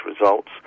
results